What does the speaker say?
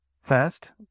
First